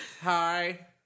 Hi